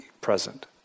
present